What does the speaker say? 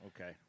Okay